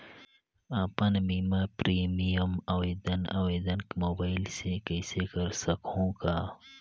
अपन बीमा प्रीमियम आवेदन आवेदन मोबाइल से कर सकहुं का?